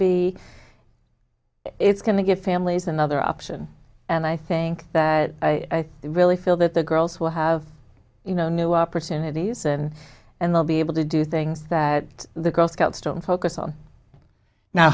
be it's going to give families another option and i think that i really feel that the girls will have you know new opportunities in and they'll be able to do things that the girl scouts don't focus on now